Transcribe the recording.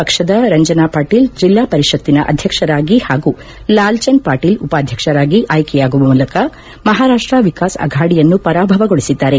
ಪಕ್ಷದ ರಂಜನಾ ಪಾಟೀಲ್ ಜಿಲ್ಲಾ ಪರಿಷತ್ತಿನ ಅಧ್ಯಕ್ಷರಾಗಿ ಹಾಗೂ ಲಾಲ್ಚಂದ್ ಪಾಟೀಲ್ ಉಪಾಧ್ಯಕ್ಷರಾಗಿ ಆಯ್ಲೆಯಾಗುವ ಮೂಲಕ ಮಹಾರಾಷ್ಷ ವಿಕಾಸ್ ಅಘಾಡಿಯನ್ನು ಪರಾಭವಗೊಳಿಸಿದ್ದಾರೆ